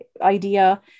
idea